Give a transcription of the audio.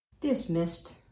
Dismissed